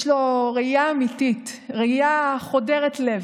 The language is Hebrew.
יש לו ראייה אמיתית, ראייה חודרת לב,